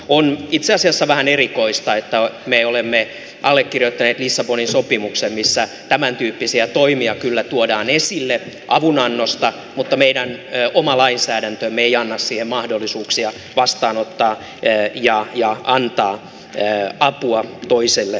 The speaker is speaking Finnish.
on itse asiassa vähän erikoista että me olemme allekirjoittaneet lissabonin sopimuksen missä tämäntyyppisiä toimia kyllä tuodaan esille avunannosta mutta meidän oma lainsäädäntömme ei anna mahdollisuuksia vastaanottaa ja antaa apua toiselle maalle